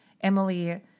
Emily